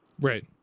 Right